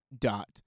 dot